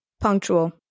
Punctual